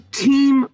team